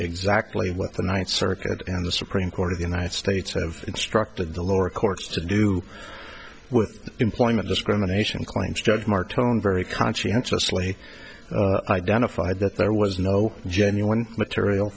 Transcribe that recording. exactly what the ninth circuit and the supreme court of the united states have instructed the lower courts to do with employment discrimination claims judge mark tone very conscientiously identified that there was no genuine material